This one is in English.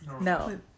No